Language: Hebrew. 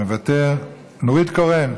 מוותר, נורית קורן,